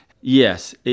yes